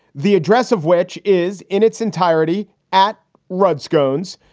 the address of which is in its entirety at rudd's goans.